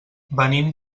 venim